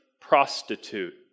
prostitute